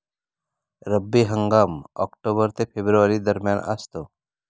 रब्बी हंगाम ऑक्टोबर ते फेब्रुवारी दरम्यान असतो